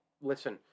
listen